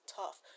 tough